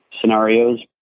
scenarios